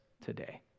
today